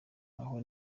aha